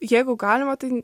jeigu galima tai